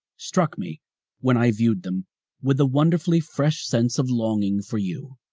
struck me when i viewed them with a wonderfully fresh sense of longing for you.